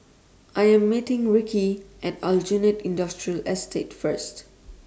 I Am meeting Rikki At Aljunied Industrial Estate First